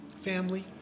family